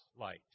light